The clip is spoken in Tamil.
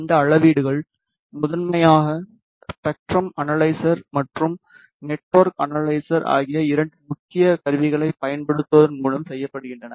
இந்த அளவீடுகள் முதன்மையாக ஸ்பெக்ட்ரம் அனலைசர் மற்றும் நெட்ஒர்க் அனலைசர் ஆகிய இரண்டு முக்கிய கருவிகளைப் பயன்படுத்துவதன் மூலம் செய்யப்படுகின்றன